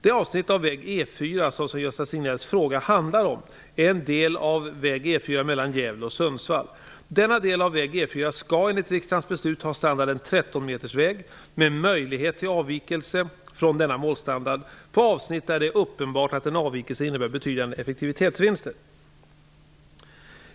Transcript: Det avsnitt av väg E 4 som Sven-Gösta Signells fråga handlar om är en del av väg E 4 mellan Gävle och Sundsvall. Denna del av väg E 4 skall enligt riksdagens beslut ha standarden 13-metersväg, med möjlighet till avvikelse från denna målstandard på avsnitt där det är uppenbart att en avvikelse innebär betydande effektivitetsvinster.